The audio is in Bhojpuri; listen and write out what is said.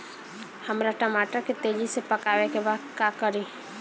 हमरा टमाटर के तेजी से पकावे के बा का करि?